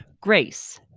Grace